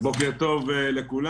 בוקר טוב לכולם.